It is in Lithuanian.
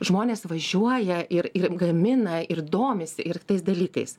žmonės važiuoja ir ir gamina ir domisi ir tais dalykais